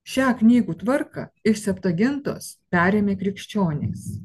šią knygų tvarką iš septuagintos perėmė krikščionys